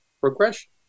progression